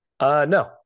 No